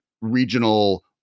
regional